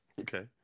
Okay